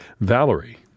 Valerie